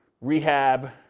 rehab